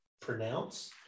pronounce